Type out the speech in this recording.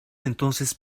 entonces